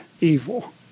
evil